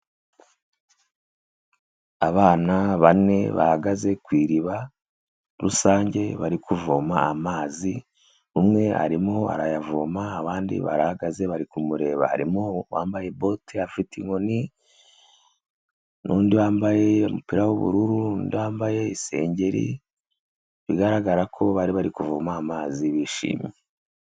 Abana bane bahagaze ku iriba rusange bari kuvoma amazi, umwe arimo arayavoma abandi barahagaze bari kumureba. Harimo uwambaye bote afite inkoni n'undi wambaye umupira w'ubururu n'undi wambaye isengeri, bigaragara ko bari bari kuvoma amazi bishimye.